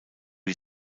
die